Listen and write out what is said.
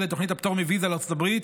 לתוכנית הפטור מוויזה לארצות הברית,